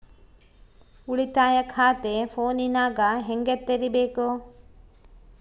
ಉಳಿತಾಯ ಖಾತೆ ಫೋನಿನಾಗ ಹೆಂಗ ತೆರಿಬೇಕು?